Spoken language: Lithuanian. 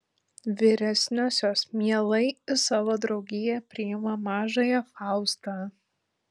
vyresniosios mielai į savo draugiją priima mažąją faustą